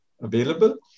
available